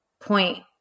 point